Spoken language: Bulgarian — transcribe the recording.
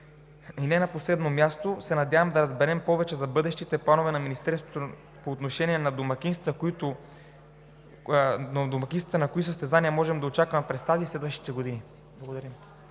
И не на последно място, се надявам да разберем повече за бъдещите планове на Министерството на младежта и спорта по отношение на домакинствата и кои състезания можем да очакваме през тази и през следващите години. Благодаря.